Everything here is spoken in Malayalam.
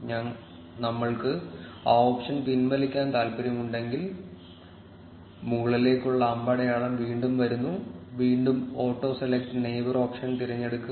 ഞങ്ങൾക്ക് ആ ഓപ്ഷൻ പിൻവലിക്കാൻ താൽപ്പര്യമുണ്ടെങ്കിൽ മുകളിലേയ്ക്കുള്ള അമ്പടയാളം വീണ്ടും വരുന്നു വീണ്ടും ഓട്ടോ സെലക്ട് നെയ്ബർ ഓപ്ഷൻ തിരഞ്ഞെടുക്കുക